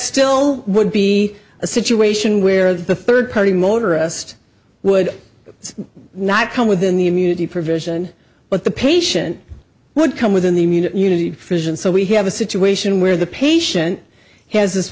still would be a situation where the third party motorist would not come within the immunity provision but the patient would come within the immunity fish and so we have a situation where the patient has this